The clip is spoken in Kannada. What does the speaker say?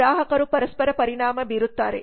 ಗ್ರಾಹಕರು ಪರಸ್ಪರ ಪರಿಣಾಮ ಬೀರುತ್ತಾರೆ